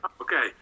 Okay